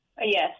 Yes